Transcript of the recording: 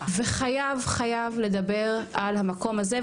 וחייב חייב לדבר על המקום הזה.